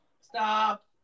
Stop